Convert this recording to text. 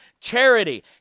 charity